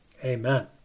amen